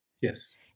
Yes